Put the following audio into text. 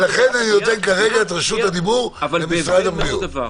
ולכן אני נותן כרגע את רשות הדיבור למשרד הבריאות.